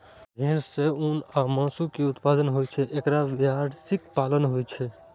भेड़ सं ऊन आ मासु के उत्पादन होइ छैं, तें एकर व्यावसायिक पालन होइ छै